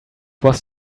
was